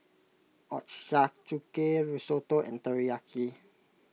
Ochazuke Risotto and Teriyaki